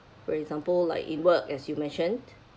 for example like in work as you mentioned